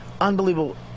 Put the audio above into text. unbelievable